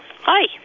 Hi